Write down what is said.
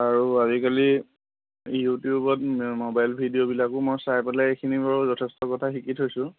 আৰু আজিকালি ইউটিউবত মোবাইল ভিডিঅ'বিলাকো মই চাই পেলাই এইখিনি বাৰু যথেষ্ট কথা শিকি থৈছোঁ